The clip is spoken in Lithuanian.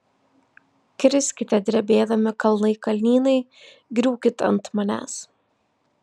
kriskite drebėdami kalnai kalnynai griūkit ant manęs